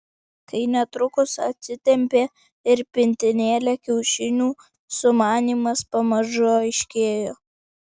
kai netrukus atsitempė ir pintinėlę kiaušinių sumanymas pamažu aiškėjo